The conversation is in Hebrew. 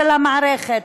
של המערכת,